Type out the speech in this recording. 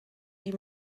wie